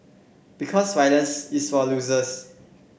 because violence is for losers